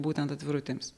būtent atvirutėms